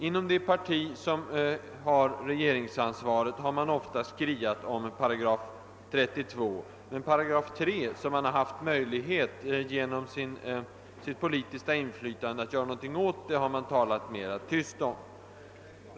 Inom det parti som har regeringsansvaret skriar man ofta om paragraf 32 i Arbetsgivareföreningens stadgar, men paragraf 3 i statstjänstemannalagen, som man genom sitt politiska inflytande har haft möjlighet att göra någonting åt, har man varit mera tyst om.